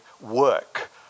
work